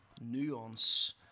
nuance